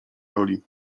roli